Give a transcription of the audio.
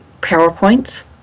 PowerPoints